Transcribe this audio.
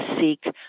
seek